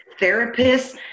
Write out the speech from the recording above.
therapists